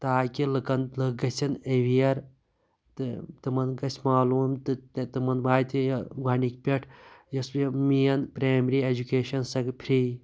تاکہِ لُکَن لُکھ گَژھن ایٚوِیَر تہٕ تِمَن گَژھہِ معلوم تہٕ تِمَن واتہِ یہِ گۄڈٕنِک پٮ۪ٹھ یۄس مین پِرَیمری ایٚجوکِیشَن سۄ گٔے فری